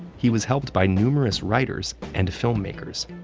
he was helped by numerous writers and filmmakers.